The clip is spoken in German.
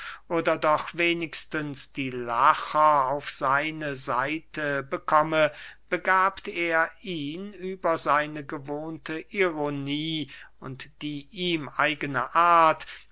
oder doch wenigstens die lacher auf seine seite bekomme begabt er ihn über seine gewohnte ironie und die ihm eigene art